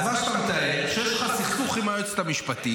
אז מה שאתה מתאר הוא שיש לך סכסוך עם היועצת המשפטית.